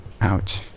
Ouch